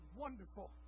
wonderful